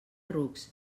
rucs